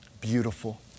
beautiful